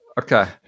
Okay